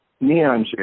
neon